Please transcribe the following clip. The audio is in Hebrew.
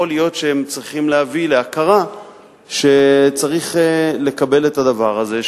יכול להיות שהם צריכים להביא להכרה שצריך לקבל את הדבר הזה,